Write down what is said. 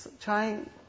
trying